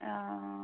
অঁ অঁ